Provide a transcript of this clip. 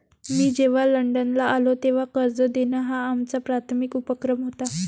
मी जेव्हा लंडनला आलो, तेव्हा कर्ज देणं हा आमचा प्राथमिक उपक्रम होता